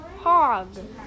hog